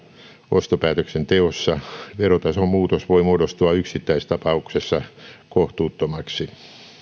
ostopäätöksen teossa verotason muutos voi muodostua yksittäistapauksessa kohtuuttomaksi